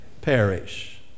perish